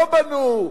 לא בנו,